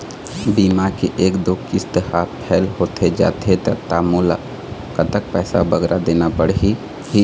बीमा के एक दो किस्त हा फेल होथे जा थे ता मोला कतक पैसा बगरा देना पड़ही ही?